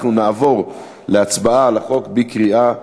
אנחנו נעבור להצבעה על החוק בקריאה שלישית.